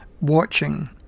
watching